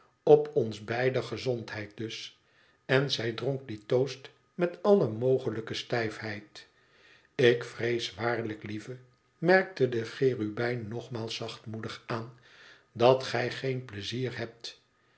op ons beider gezondheid dus en zij dronk dien toast met alle mogelijke stijfheid ik vrees waarlijk lieve merkte de cherubijn nogmaals zachtmoedig aan dat gij geen pleizier hebt